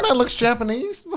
yeah looks japanese.